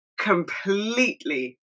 completely